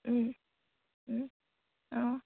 অঁ